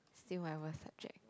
still my worst subject